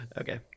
okay